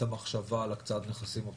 המחשבה על הקצאת הנכסים,